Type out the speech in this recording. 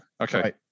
okay